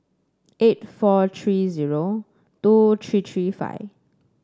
eight four three zero two three three five